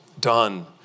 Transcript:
done